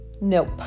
Nope